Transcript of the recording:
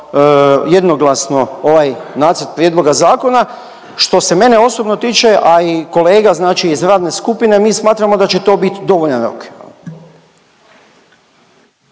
jednoglasno ovaj nacrt prijedloga zakona. Što se mene osobno tiče, a i kolega znači iz radne skupine, mi smatramo da će to biti dovoljan rok.